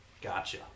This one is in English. Gotcha